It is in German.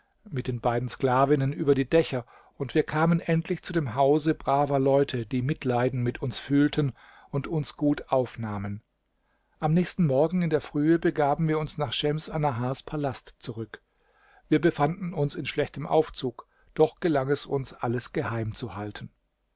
mit den beiden sklavinnen über die dächer und wir kamen endlich zu dem hause braver leute die mitleiden mit uns fühlten und uns gut aufnahmen am nächsten morgen in der frühe begaben wir uns nach schems annahars palast zurück wir befanden uns in schlechtem aufzug doch gelang es uns alles geheim zu halten